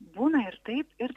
būna ir taip ir